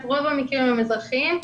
רוב המקרים הם אזרחיים.